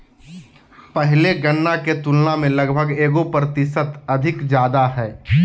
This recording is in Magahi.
पहले गणना के तुलना में लगभग एगो प्रतिशत अधिक ज्यादा हइ